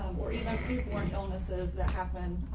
um or and or and illnesses that happen.